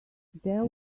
there